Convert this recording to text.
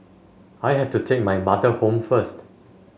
I have to take my mother home first